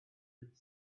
with